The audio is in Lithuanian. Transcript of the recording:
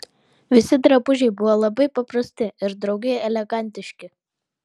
visi drabužiai buvo labai paprasti ir drauge elegantiški